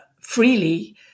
freely